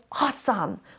awesome